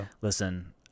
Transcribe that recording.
listen